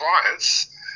clients